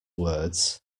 words